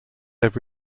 once